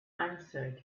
answered